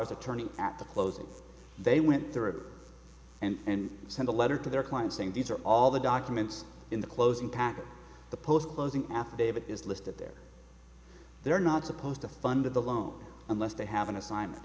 as attorney at the closing they went through and sent a letter to their clients saying these are all the documents in the closing package the post closing affidavit is listed there they're not supposed to fund the loan unless they have an assignment